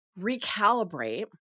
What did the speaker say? recalibrate